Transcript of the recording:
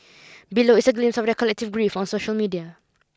below is a glimpse of their collective grief on social media